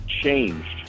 changed